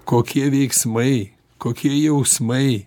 kokie veiksmai kokie jausmai